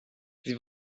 sie